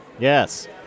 Yes